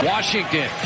Washington